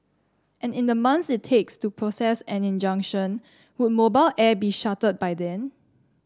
and in the months it takes to process an injunction would mobile air be shuttered by then